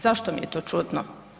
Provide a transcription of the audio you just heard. Zašto mi je to čudno?